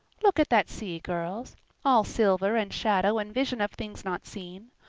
look at that sea, girls all silver and shadow and vision of things not seen.